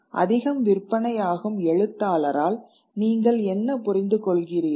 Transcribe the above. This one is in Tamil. அதிகம் விற்பனையாகும் எழுத்தாளரால் நீங்கள் என்ன புரிந்துகொள்கிறீர்கள்